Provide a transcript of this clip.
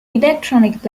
electronic